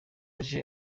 aje